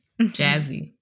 Jazzy